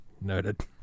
Noted